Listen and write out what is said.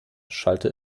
schallte